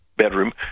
Bedroom